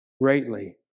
greatly